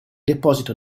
deposito